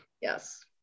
Yes